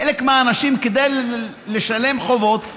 חלק מהאנשים, כדי לשלם חובות,